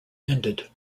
ended